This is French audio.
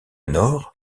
nord